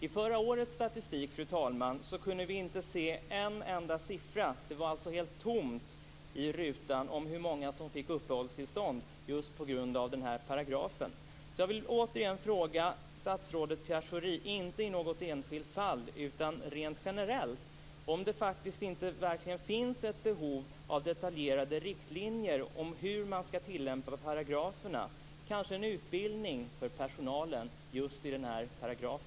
I förra årets statistik gick det inte att se en enda siffra, det var helt tomt i rutan, om hur många som fick uppehållstillstånd just med den paragrafen som grund. Jag vill återigen fråga statsrådet Schori - inte i ett enskilt fall - om det rent generellt inte finns ett behov av detaljerade riktlinjer av hur paragraferna skall tillämpas - kanske en utbildning för personalen om denna paragraf.